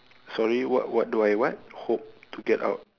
sorry what what do I what hope to get out